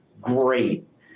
great